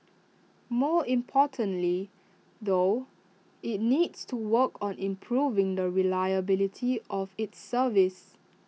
more importantly though IT needs to work on improving the reliability of its service